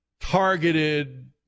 targeted